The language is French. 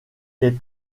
est